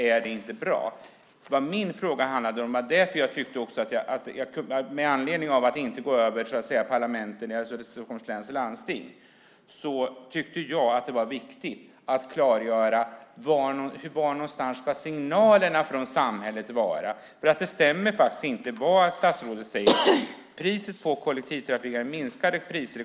Jag avsåg inte att köra över Stockholms läns landsting med min fråga, utan jag tyckte att det var viktigt att klargöra vilka signalerna från samhället ska vara. Det som statsrådet säger stämmer faktiskt inte.